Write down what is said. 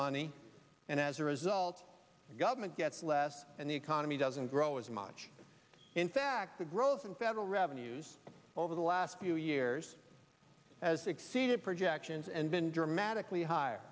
money and as a result the government gets less and the economy doesn't grow as much in fact the growth in federal revenues over the last few years has exceeded projections and been dramatically hi